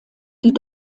die